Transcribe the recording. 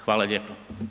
Hvala lijepa.